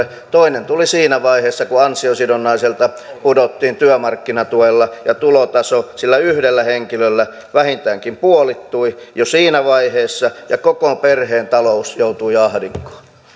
toinen tuli siinä vaiheessa kun ansiosidonnaiselta pudottiin työmarkkinatuelle ja tulotaso sillä yhdellä henkilöllä vähintäänkin puolittui jo siinä vaiheessa ja koko perheen talous joutui ahdinkoon